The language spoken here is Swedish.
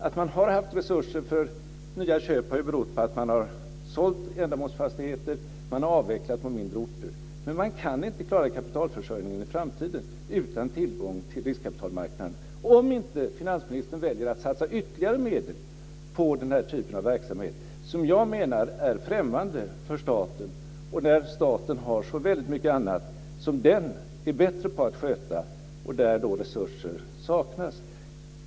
Att man har haft resurser för nya köp har berott på att man sålt ändamålsfastigheter och avvecklat på mindre orter. Men man kan inte klara kapitalförsörjningen i framtiden utan tillgång till riskkapitalmarknaden, om inte finansministern väljer att satsa ytterligare medel på den här typen av verksamhet, som jag menar är främmande för staten. Staten har så väldigt mycket annat som den är bättre på att sköta och där resurser saknas.